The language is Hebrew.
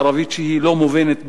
ערבית שהיא לא מובנת בכלל,